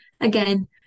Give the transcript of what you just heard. Again